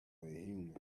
human